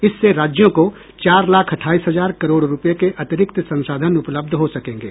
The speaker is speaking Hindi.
इससे राज्यों को चार लाख अठाईस हजार करोड़ रुपये के अतिरिक्त संसाधन उपलब्ध हो सकेंगे